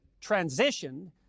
transitioned